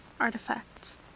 artifacts